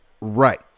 right